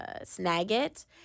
Snagit